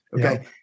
Okay